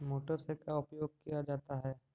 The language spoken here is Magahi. मोटर से का उपयोग क्या जाता है?